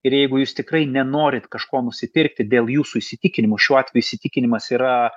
ir jeigu jūs tikrai nenorit kažko nusipirkti dėl jūsų įsitikinimų šiuo atveju įsitikinimas yra